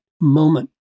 moment